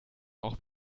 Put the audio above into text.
auch